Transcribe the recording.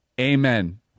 Amen